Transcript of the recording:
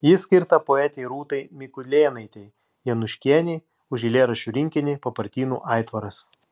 ji skirta poetei rūtai mikulėnaitei jonuškienei už eilėraščių rinkinį papartynų aitvaras